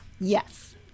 yes